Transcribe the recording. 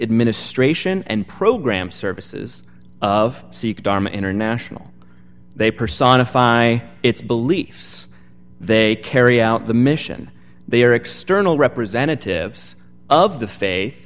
administration and programme services of sikh dharma international they personify its beliefs they carry out the mission they are external representatives of the fa